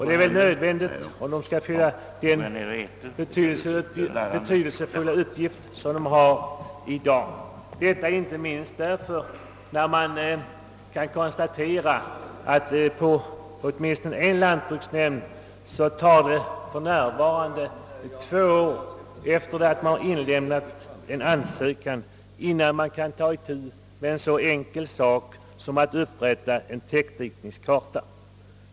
Det är nödvändigt om de skall fylla den betydelsefulla uppgift som de har i dag — detta inte minst därför att man kan konstatera att åtminstone på en lantbruksnämnd tar det för närvarande två år efter det att ansökan inlämnats innan man kan ta i tu med en så enkel sak som att upprätta en täckdikningskarta.